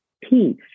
peace